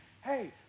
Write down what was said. hey